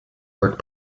work